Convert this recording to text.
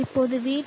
இப்போது vT